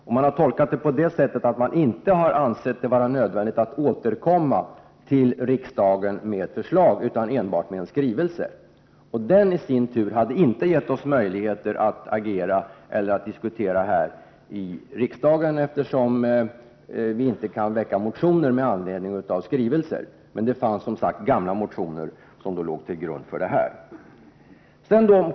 Det har man gjort på det sättet att man inte har ansett det vara nödvändigt att återkomma till riksdagen med ett förslag utan enbart med en skrivelse, och denna i sin tur hade inte gett oss möjlighet att diskutera här i riksdagen, eftersom vi inte kan väcka motioner med anledning av skrivelser. Det fanns som sagt gamla motioner, som låg till grund för vårt agerande.